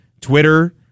Twitter